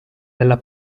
della